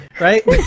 right